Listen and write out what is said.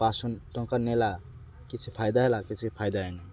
ପାଞ୍ଚଶହ ଟଙ୍କା ନେଲା କିଛି ଫାଇଦା ହେଲା କିଛି ଫାଇଦା ହେଇନି